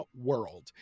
world